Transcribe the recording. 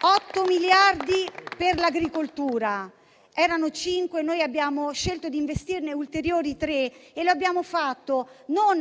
8 miliardi per l'agricoltura. Erano 5 e noi abbiamo scelto di investirne ulteriori 3. Non lo abbiamo fatto